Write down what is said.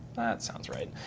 that sounds right.